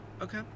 Okay